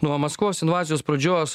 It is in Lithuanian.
nuo maskvos invazijos pradžios